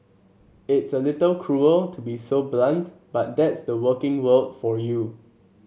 it's a little cruel to be so blunt but that's the working world for you